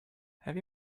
have